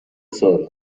سارا